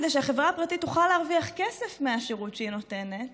כדי שהחברה הפרטית תוכל להרוויח כסף מהשירות שהיא נותנת